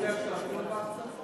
פיליבסטר?